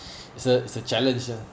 is a is a challenge ah